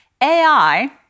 AI